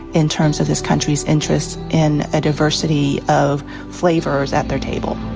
in terms of this country's interests in a diversity of flavors at their table.